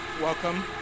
welcome